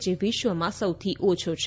જે વિશ્વમાં સૌથી ઓછો છે